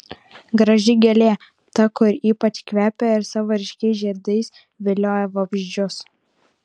graži gėlė ta kur ypač kvepia ir savo ryškiais žiedais vilioja vabzdžius